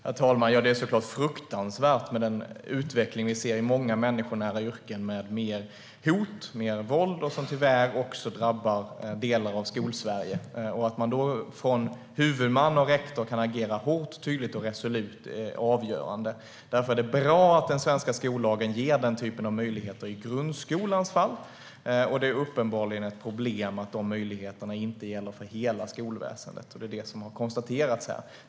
Herr talman! Det är såklart fruktansvärt med den utveckling som vi ser i många människonära yrken med mer hot och mer våld, vilket tyvärr också drabbar delar av Skolsverige. Att man då från huvudman och rektor kan agera hårt, tydligt och resolut är avgörande. Därför är det bra att den svenska skollagen ger den typen av möjligheter i grundskolans fall. Det är uppenbarligen ett problem att de möjligheterna inte gäller för hela skolväsendet, som här har konstaterats.